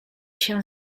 się